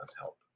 help